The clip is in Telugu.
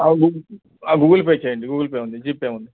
ఉంది గూగుల్ పే చేయండి గూగుల్ పే ఉంది జీపే ఉంది